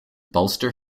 bolster